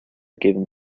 given